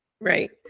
Right